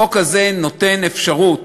החוק הזה נותן אפשרות